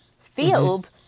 field